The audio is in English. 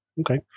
Okay